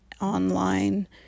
online